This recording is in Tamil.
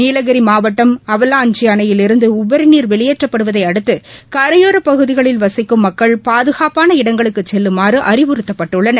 நீலகிரி மாவட்டம் அவவாஞ்சி அணையிலிருந்து உபரிநீர் வெளியேற்றப்படுவதை அடுத்து கரையோரப் பகுதிகளில் வசிக்கும் மக்கள் பாதுகாப்பான இடங்களுக்கு செல்லுமாறு அறிவுறுத்தப்பட்டுள்ளனர்